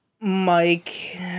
Mike